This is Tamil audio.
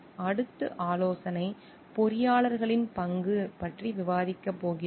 அடுத்து ஆலோசனை பொறியாளர்களின் பங்கு பற்றி விவாதிக்கப் போகிறோம்